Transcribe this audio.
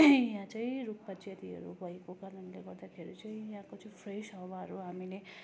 यहाँ चाहिँ रुखपात ज्यादैहरू भएको कारणले गर्दाखेरि चाहिँ यहाँको चाहिँ फ्रेस हावाहरू हामीले